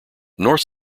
north